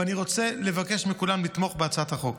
ואני רוצה לבקש מכולם לתמוך בהצעת החוק.